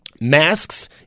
masks